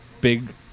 big